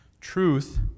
Truth